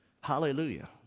Hallelujah